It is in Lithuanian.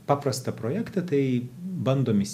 paprastą projektą tai bandom